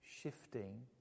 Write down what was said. shifting